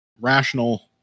rational